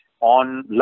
on